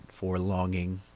forlonging